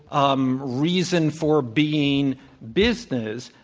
um reason for being business,